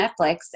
Netflix